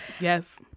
Yes